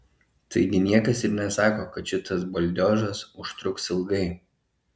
taigi niekas ir nesako kad šitas baldiožas užtruks ilgai